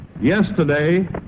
yesterday